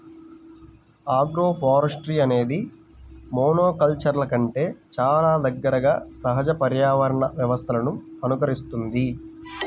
agroforestry అనేది మోనోకల్చర్ల కంటే చాలా దగ్గరగా సహజ పర్యావరణ వ్యవస్థలను అనుకరిస్తుంది